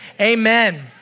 amen